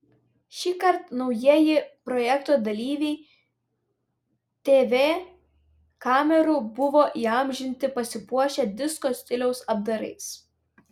šįkart naujieji projekto dalyviai tv kamerų buvo įamžinti pasipuošę disko stiliaus apdarais